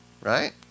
right